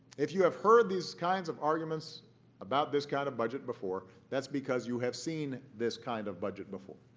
if you have heard these kinds of arguments about this kind of budget before, that's because you have seen this kind of budget before.